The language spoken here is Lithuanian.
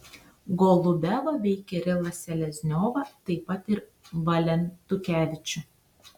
golubevą bei kirilą selezniovą taip pat ir valentukevičių